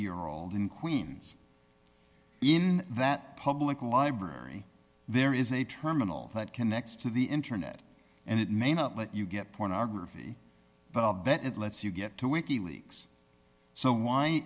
year old in queens in that public library there is a terminal that connects to the internet and it may not let you get pornography but all that it lets you get to wiki leaks so why